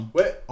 Wait